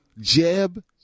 Jeb